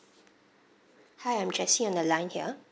hi I'm jessie on the line here